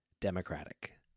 democratic